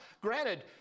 granted